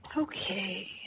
Okay